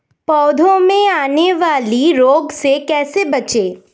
पौधों में आने वाले रोग से कैसे बचें?